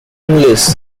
english